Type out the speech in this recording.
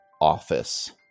office